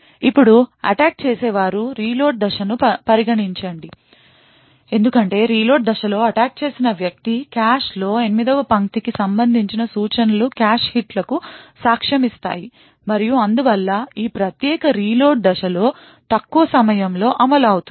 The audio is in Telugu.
ఇప్పుడు అటాక్ చేసేవారి రీలోడ్ దశను పరిగణించండి ఎందుకంటే రీలోడ్ దశలో అటాక్ చేసిన వ్యక్తి కాష్లో 8 వ పంక్తికి సంబంధించిన సూచన లు కాష్ హిట్లకు సాక్ష్యమిస్తాయి మరియు అందువల్ల ఈ ప్రత్యేక రీలోడ్ దశలో తక్కువ సమయం లో అమలు అవుతుంది